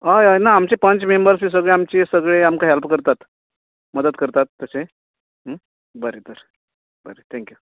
हय हय ना आमचें पंच मेबंर्स बिन सगळें आमचें सगळीं आमकां हॅल्प करतात मदत करतात तशें बरें तर बरें थॅक्थू